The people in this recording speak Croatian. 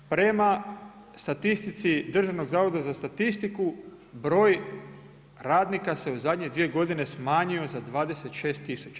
Prema statistici Državnog zavoda za statistiku, broj radnika se u zadnje dvije godine smanjio za 26 tisuća.